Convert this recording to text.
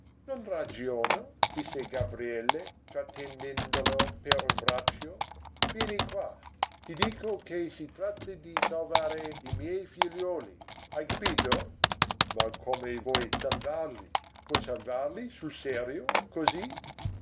non ragiono disse gabriele trattenendolo per un braccio vieni qua ti dico che si tratta di salvare i miei figliuoli hai capito ma come vuoi salvarli vuoi salvarli sul serio così